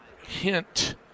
hint